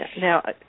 Now